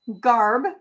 garb